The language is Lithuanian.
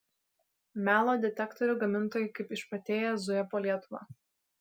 melo detektorių gamintojai kaip išprotėję zuja po lietuvą